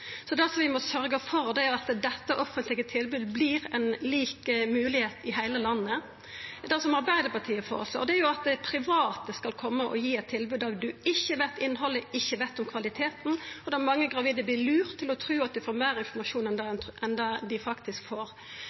vi må sørgja for, er at dette offentlege tilbodet vert ei lik moglegheit i heile landet. Det som Arbeidarpartiet føreslår, er at private skal koma og gi eit tilbod der ein ikkje veit innhaldet og ikkje veit noko om kvaliteten, og der mange gravide vert lurte til å tru at ein får meir informasjon enn dei faktisk får. Difor meiner eg at det